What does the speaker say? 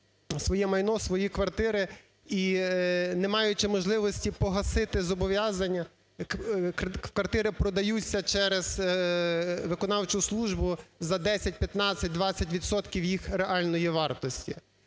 своє майно, свої квартири, і не маючи можливості погасити зобов'язання, квартири продаються через виконавчу службу за 10, 15, 20 відсотків їх реальної вартості?